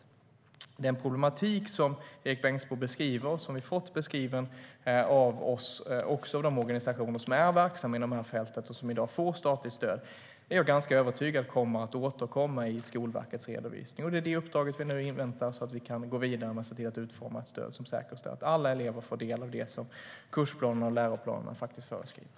Jag är ganska övertygad om att den problematik som Erik Bengtzboe beskriver och som vi fått beskriven för oss av de organisationer som är verksamma inom det här fältet och i dag får statligt stöd kommer att återkomma i Skolverkets redovisning. Det är det uppdraget vi nu inväntar så att vi kan gå vidare med att utforma ett stöd som säkerställer att alla elever får del av det som kursplanen och läroplanerna faktiskt föreskriver.